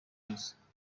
igisubizo